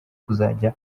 kuzajya